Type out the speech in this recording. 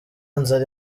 nzara